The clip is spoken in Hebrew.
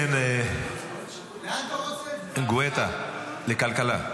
כן, גואטה, לכלכלה.